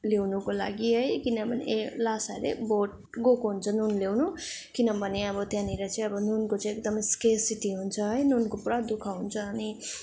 ल्याउनुको लागि है किनभने ए ल्हासा हरे भोट गएको हुन्छ नुन ल्याउनु किनभने अब त्यहाँनिर चाहिँ अब नुनको एकदमै स्केरसिटी हुन्छ है नुनको पुरा दुःख हुन्छ अनि